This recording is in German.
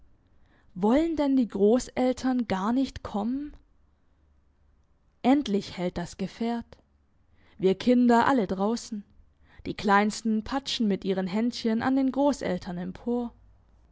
wollen denn die grosseltern gar nicht kommen endlich hält das gefährt wir kinder alle draussen die kleinsten patschen mit ihren händchen an den grosseltern empor